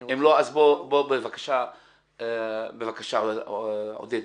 בבקשה, עודד.